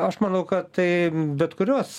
aš manau kad tai bet kurios